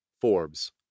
Forbes